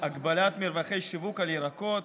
הגבלת מרווחי שיווק על ירקות),